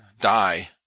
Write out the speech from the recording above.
die